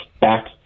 back